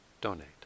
donate